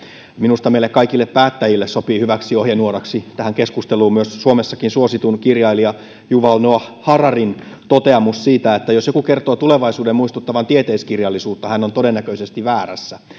minusta meille kaikille päättäjille sopii hyväksi ohjenuoraksi tähän keskusteluun myös suomessakin suositun kirjailija yuval noah hararin toteamus siitä että jos joku kertoo tulevaisuuden muistuttavan tieteiskirjallisuutta hän on todennäköisesti väärässä